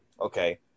Okay